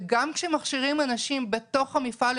גם כשמכשירים אנשים בתוך המפעל,